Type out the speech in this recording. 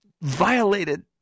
violated